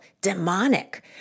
demonic